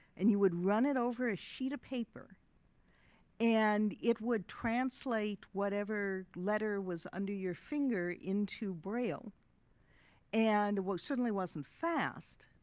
and you would run it over a sheet of paper and it would translate whatever letter was under your finger into braille and was, certainly wasn't fast,